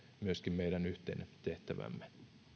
myöskin meidän yhteinen tehtävämme